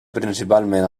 principalment